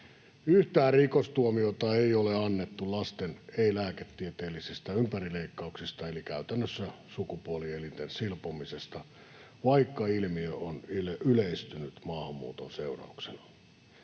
Yhtään rikostuomiota ei ole annettu lasten ei-lääketieteellisistä ympärileikkauksista eli käytännössä sukupuolielinten silpomisesta, vaikka ilmiö on yleistynyt maahanmuuton seurauksena.